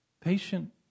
patient